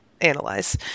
analyze